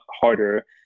harder